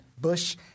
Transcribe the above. Bush